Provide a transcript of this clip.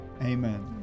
Amen